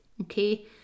okay